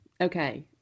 Okay